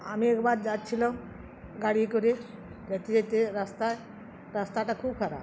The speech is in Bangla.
আমি একবার যাচ্ছিলাম গাড়ি করে যেতে যেতে রাস্তায় রাস্তাটা খুব খারাপ